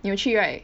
你有去 right